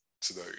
today